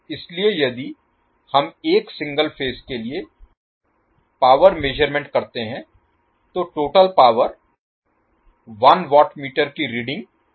इसलिए यदि हम एक सिंगल फेज के लिए पावर मेज़रमेंट करते हैं तो टोटल पावर 1 वाट मीटर की रीडिंग के तीन गुना होगी